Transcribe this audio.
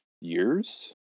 years